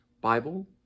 Bible